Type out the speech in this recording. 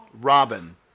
Robin